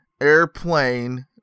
airplane